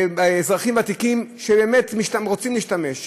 אזרחים ותיקים שבאמת רוצים להשתמש,